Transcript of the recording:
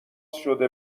شده